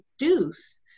reduce